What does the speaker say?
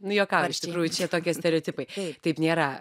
nu juokauju iš tikrųjų čia tokie stereotipai taip nėra